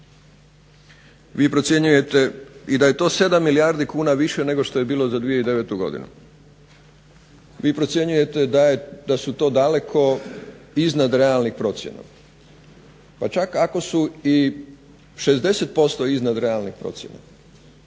milijardi kuna i da je to 7 milijardi kuna više nego što je bilo za 2009. godinu. Vi procjenjujete da su to daleko iznad realnih procjena. Pa čak ako su i 60% iznad realnih procjena,